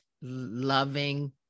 loving